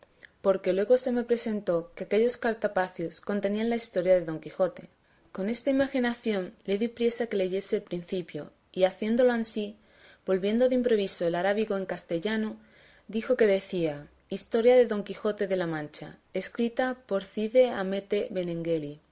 porque luego se me representó que aquellos cartapacios contenían la historia de don quijote con esta imaginación le di priesa que leyese el principio y haciéndolo ansí volviendo de improviso el arábigo en castellano dijo que decía historia de don quijote de la mancha escrita por cide hamete